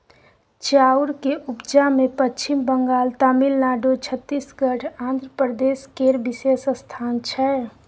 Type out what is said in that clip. चाउर के उपजा मे पच्छिम बंगाल, तमिलनाडु, छत्तीसगढ़, आंध्र प्रदेश केर विशेष स्थान छै